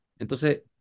Entonces